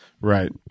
Right